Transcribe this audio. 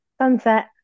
sunset